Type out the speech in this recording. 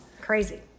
Crazy